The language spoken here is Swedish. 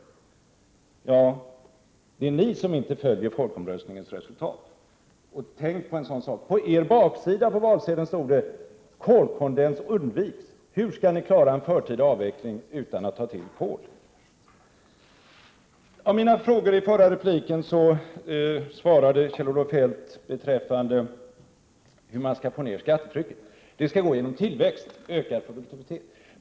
Det är ni som inte följer folkomröstningens resultat. På baksidan av er valsedel stod det vidare: ”Kolkondens undviks.” Hur skall ni klara en förtida avveckling utan att ta till kol? Jag ställde ett antal frågor i min replik. På den fråga som gällde hur man skall få ned skattetrycket svarade Kjell-Olof Feldt: Via tillväxt och ökad produktivitet.